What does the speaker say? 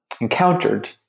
encountered